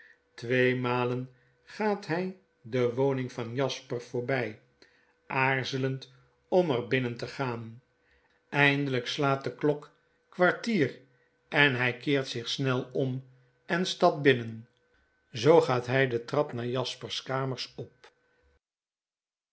malen gaat hy de woning van jasper voorby aarzelend om er binnen te gaan eindelyk slaat de klok kwarhet geheim yan edwin drood tier en hy keert zich snel om en stapt binnen zoo gaat hg de trap naar jasper's kamers op